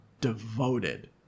devoted